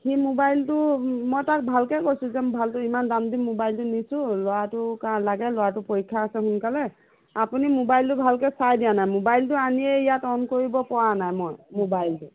সি মোবাইলটো মই তাক ভালকৈ কৈছোঁ যে ভালটো ইমান দাম দি মোবাইলটো নিছোঁ ল'ৰাটোক লাগে ল'ৰাটো পৰীক্ষা আছে সোনকালে আপুনি মোবাইলটো ভালকৈ চাই দিয়া নাই মোবাইলটো আনিয়ে ইয়াত অন কৰিব পৰা নাই মই মোবাইলটো